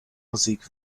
musik